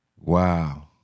Wow